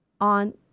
on